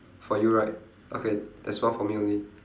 for you right okay that's all for me only